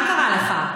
מה קרה לך?